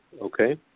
okay